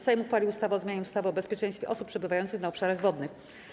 Sejm uchwalił ustawę o zmianie ustawy o bezpieczeństwie osób przebywających na obszarach wodnych.